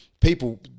people